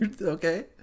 Okay